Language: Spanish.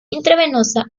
intravenosa